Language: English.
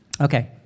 Okay